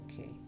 okay